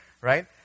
right